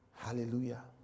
Hallelujah